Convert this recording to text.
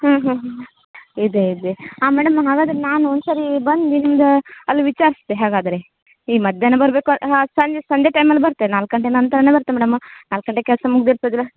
ಹ್ಞೂ ಹ್ಞೂ ಹ್ಞೂ ಇದೆ ಇದೆ ಹಾಂ ಮೇಡಮ್ ನಾನು ಹಾಗಾದರೆ ನಾನು ಒಂದು ಸರಿ ಬಂದು ನಿಮ್ದು ಅಲ್ಲಿ ವಿಚಾರಿಸ್ತೆ ಹಾಗಾದರೆ ಈ ಮಧ್ಯಾಹ್ನ ಬರಬೇಕು ಹಾಂ ಸಂಜೆ ಸಂಜೆ ಟೈಮಲ್ಲಿ ಬರ್ತೇನೆ ನಾಲ್ಕು ಗಂಟೆ ನಂತ್ರವೇ ಬರ್ತೆ ಮೇಡಮ್ ನಾಲ್ಕು ಗಂಟೆಗೆ ಕೆಲಸ ಮುಗಿದಿರ್ತದಲಾ